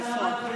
אדוני היושב-ראש,